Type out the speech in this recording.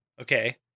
Okay